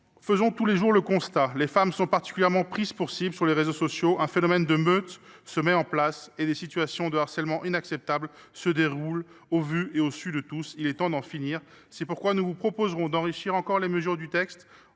faisons tous les jours le constat : les femmes sont particulièrement prises pour cible sur les réseaux sociaux. Un phénomène de meute se développe et des situations de harcèlement inacceptables surviennent au vu et au su de tous. Il est temps d’en finir. C’est pourquoi nous vous proposerons d’enrichir encore les mesures du texte